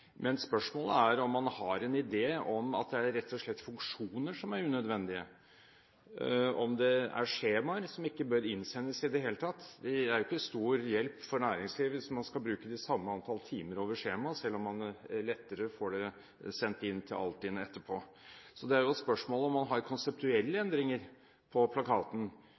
Men spørsmålet er om man har en idé om at det rett og slett er funksjoner som er unødvendige, om det er skjemaer som ikke behøver innsendes i det hele tatt. Det er jo ikke stor hjelp for næringslivet hvis man skal bruke de samme antall timer over skjemaet, selv om man lettere får sendt det inn til Altinn etterpå. Det er et spørsmål om man har konseptuelle endringer på plakaten,